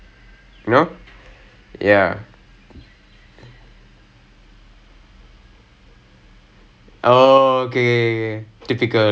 oh he'll point at you ah okay okay எனக்கு வந்து என்னன்னா:enakku vanthu enannaa he will look at what I'm wearing that day and then he'll be like green சட்டை சொல்லு:sattai sollu blues சட்டை சொல்லு:sattai sollu